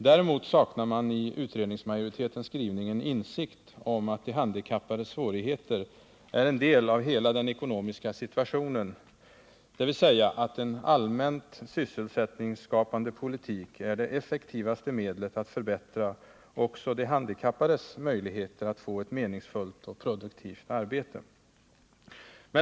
Däremot saknar man i utredningsmajoritetens skrivning en insikt om att de handikappades svårigheter är en del av hela den ekonomiska situationen, dvs. att en allmänt sysselsättningsskapande politik är det effektivaste medlet att förbättra också de handikappades möjligheter att få ett meningsfullt och produktivt arbete.